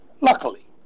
luckily